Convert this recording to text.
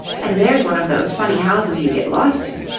and there's one of those funny houses you get lost in.